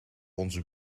onze